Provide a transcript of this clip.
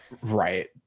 right